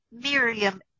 Miriam